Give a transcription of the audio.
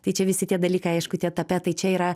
tai čia visi tie dalykai aišku tie tapetai čia yra